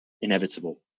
inevitable